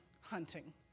hunting